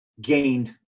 gained